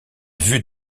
vue